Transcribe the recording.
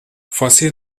você